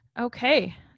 Okay